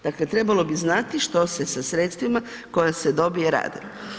Dakle trebalo bi znati što se sa sredstvima koja se dobije rade.